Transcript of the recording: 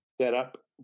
setup